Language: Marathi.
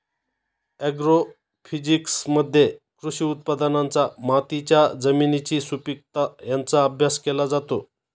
ॲग्रोफिजिक्समध्ये कृषी उत्पादनांचा मातीच्या जमिनीची सुपीकता यांचा अभ्यास केला जातो